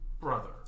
brother